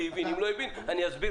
תשנה את החלטתה ותעדכן אותה והם ייכנסו